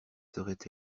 seraient